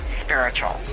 spiritual